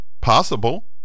Possible